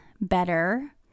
better